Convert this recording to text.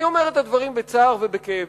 אני אומר את הדברים בצער ובכאב.